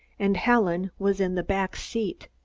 and helen was in the back seat.